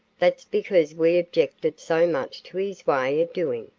that's because we objected so much to his way of doing.